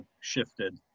shifted